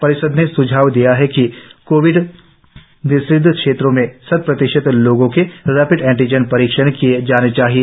परिषद ने स्झाव दिया गया है कि कोविड निषिद्व क्षेत्रों में शत प्रतिशत लोगों के रेपिड एंटीजन परीक्षण किए जाने चाहिए